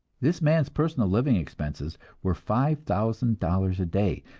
this man's personal living expenses were five thousand dollars a day,